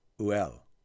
Uel